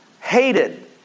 hated